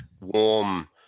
warm